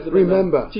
remember